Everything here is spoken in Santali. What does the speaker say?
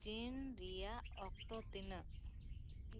ᱪᱤᱱ ᱨᱮᱭᱟᱜ ᱚᱠᱛᱚ ᱛᱤᱱᱟᱹᱜ